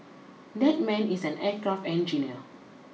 that man is an aircraft engineer